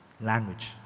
language